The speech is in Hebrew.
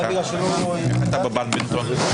--- בחילוט הולכת ונבנית לאורך זמן.